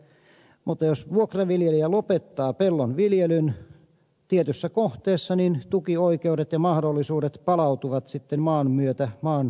mutta jos vuokraviljelijä lopettaa pellon viljelyn tietyssä kohteessa niin tukioikeudet ja mahdollisuudet palautuvat sitten maan myötä maanomistajalle